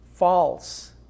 False